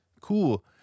Cool